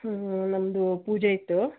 ಹ್ಞೂ ನಮ್ಮದು ಪೂಜೆ ಇತ್ತು